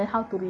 react